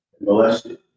molested